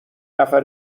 نفر